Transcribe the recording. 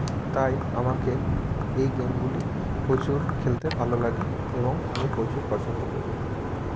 তাই আমাকে এই গেমগুলি প্রচুর খেলতে ভালো লাগে এবং আমি প্রচুর পছন্দ করি